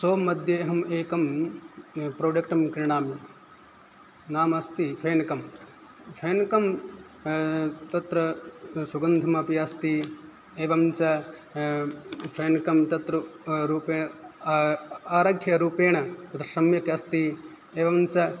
सो मध्ये अहम् एकं प्रोडेक्टं क्रीणामि नाम अस्ति फेनकं फेनकं तत्र सुगन्धमपि अस्ति एवञ्च फेनकं तत्र रूपे आरोग्यरूपेण तद् सम्यक् अस्ति एवञ्च